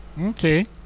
Okay